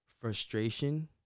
frustration